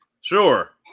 Sure